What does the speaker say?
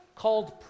called